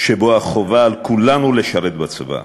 שבו החובה של כולנו לשרת בצבא.